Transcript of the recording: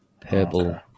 purple